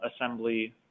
assembly